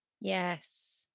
Yes